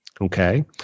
okay